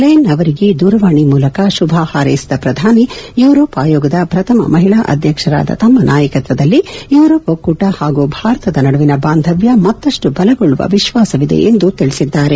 ಲೆಯನ್ ಅವರಿಗೆ ದೂರವಾಣಿ ಮೂಲಕ ಶುಭ ಹಾರೈಸಿದ ಪ್ರಧಾನಿ ಯೂರೋಪ್ ಆಯೋಗದ ಪ್ರಥಮ ಮಹಿಳಾ ಅಧ್ವಕ್ಷರಾದ ತಮ್ಮ ನಾಯಕತ್ವದಲ್ಲಿ ಯೂರೋಪ್ ಒಕ್ಕೂಟ ಹಾಗೂ ಭಾರತದ ನಡುವಿನ ಬಾಂಧವ್ಯ ಮತ್ತಷ್ಟು ಬಲಗೊಳ್ಳುವ ವಿಶ್ವಾಸವಿದೆ ಎಂದು ತಿಳಿಸಿದ್ದಾರೆ